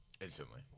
Instantly